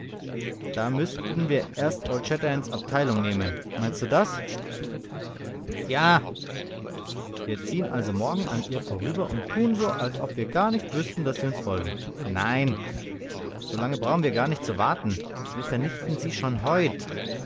da müßten wir erst old shatterhands abteilung nehmen meinst du das ja wir ziehen also morgen an ihr vorüber und tun so als ob wir gar nicht wüßten daß sie uns folgt nein so lange brauchen wir gar nicht zu warten wir vernichten sie schon heut